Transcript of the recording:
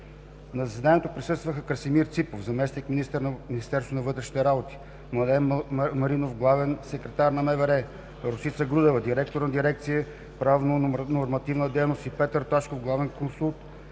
На заседанието присъстваха: Красимир Ципов – заместник-министър на вътрешните работи, Младен Маринов – главен секретар на МВР, Росица Грудева – директор на дирекция „Правно-нормативна дейност”, Петър Тошков – главен юрисконсулт